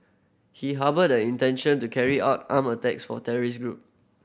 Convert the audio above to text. he harboured the intention to carry out armed attacks for terrorist group